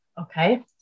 okay